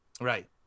Right